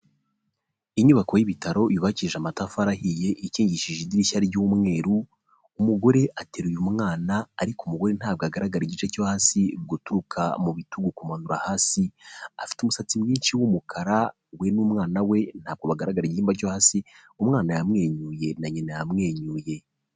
Inyubako y'ibitaro yubakishije amatafari ahiye ikingishije idirishya ry'umweru, umugore ateruye umwana ariko umugore ntabwo agaragara igice cyo hasi guturuka mu bitugu kumanura hasi, afite umusatsi mwinshi w'umukara we n'umwana we ntabwo bagaragara igihimba cyo hasi, umwana yamwenyuye na nyina yamwenyuye.